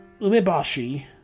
umeboshi